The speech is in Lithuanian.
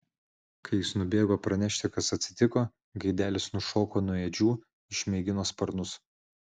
kai jis nubėgo pranešti kas atsitiko gaidelis nušoko nuo ėdžių išmėgino sparnus